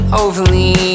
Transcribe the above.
overly